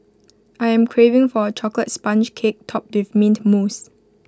I am craving for A Chocolate Sponge Cake Topped with Mint Mousse